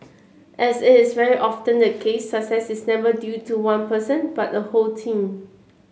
as is very often the case success is never due to one person but a whole team